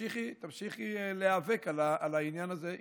ותמשיכי להיאבק על העניין הזה.